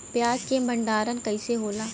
प्याज के भंडारन कइसे होला?